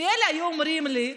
מילא היו אומרים לי: